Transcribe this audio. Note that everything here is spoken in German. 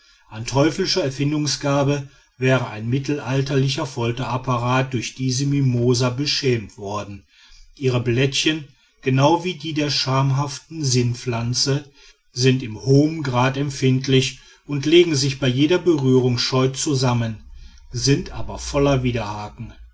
an teuflischer erfindungsgabe wäre ein mittelalterlicher folterapparat durch diese mimosa beschämt worden ihre blättchen genau wie die der schamhaften sinnpflanze sind in hohem grad empfindlich und legen sich bei jeder berührung scheu zusammen sind aber voller widerhaken